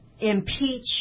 impeach